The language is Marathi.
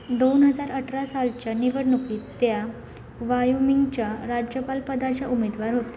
दोन हजार अठरा सालच्या निवडणुकीत त्या वायोमिंगच्या राज्यपाल पदाच्या उमेदवार होत